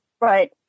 Right